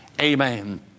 Amen